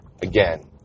Again